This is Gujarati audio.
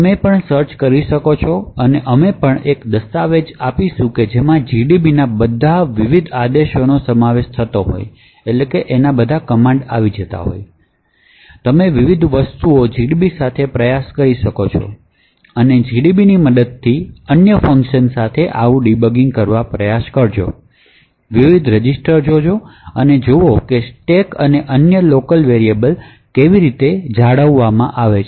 તમે પણ સર્ચ કરી શકો છો અને અમે પણ એક દસ્તાવેજ છે કે જેમાં GDB ના બધા વિવિધ આદેશો સમાવેશ થાય છે તે શેર કરવા પ્રયત્ન કરીશું તમે વિવિધ વસ્તુઓ GDB સાથે પ્રયાસ કરી શકો છો અને GDBની મદદથી અન્ય ફંકશનસાથે આવા ડિબગીંગ કરવા પ્રયાસ કરજો વિવિધ રજિસ્ટર જુઓ અને જોવો કે સ્ટેક અને અન્ય લોકલ વેરિયબ્લેસ કેવી રીતે જાળવવામાં આવે છે